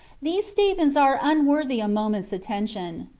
these statements are unworthy a moment's attention.